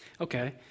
Okay